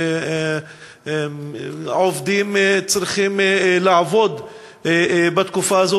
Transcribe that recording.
עובדים צריכים לעבוד בתקופה הזאת,